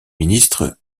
ministre